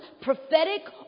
prophetic